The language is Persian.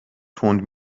تند